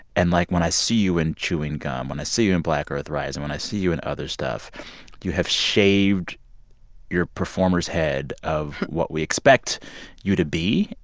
and like, when i see you in chewing gum, when i see you in black earth rising, when i see you in other stuff you have shaved your performer's head of what we expect you to be.